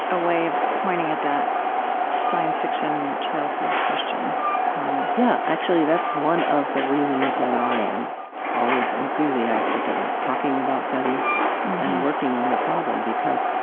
a way of pointing at that science fiction childhood question yeah, actually, that's one of the reasons that i am always enthusiastic about talking about seti and working on the problem, because